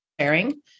sharing